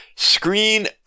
Screen